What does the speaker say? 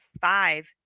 five